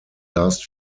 last